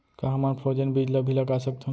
का हमन फ्रोजेन बीज ला भी लगा सकथन?